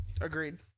Agreed